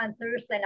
Thursday